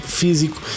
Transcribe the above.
físico